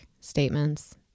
statements